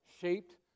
shaped